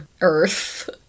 earth